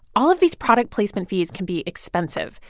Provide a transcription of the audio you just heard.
all of these product placement fees can be expensive.